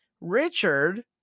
Richard